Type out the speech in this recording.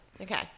Okay